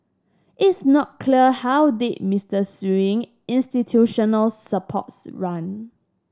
it's not clear how deep Mister Sewing institutional supports run